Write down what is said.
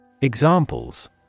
Examples